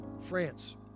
France